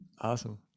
awesome